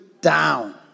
down